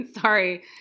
sorry